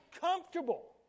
comfortable